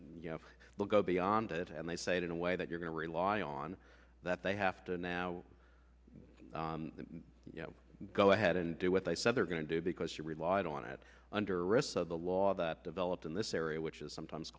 you know we'll go beyond it and they say it in a way that you're going to rely on that they have to now you know go ahead and do what they said they're going to do because relied on it under risks of the law that developed in this area which is sometimes